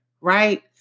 right